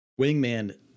Wingman